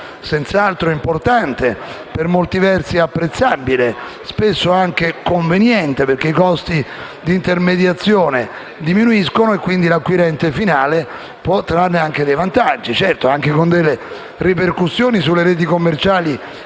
senz'altro importante e per molti versi apprezzabile, spesso anche conveniente, perché i costi di intermediazione diminuiscono e quindi l'acquirente finale può trarne anche dei vantaggi. Certo, ci sono anche delle ripercussioni sulle reti commerciali